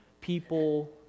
people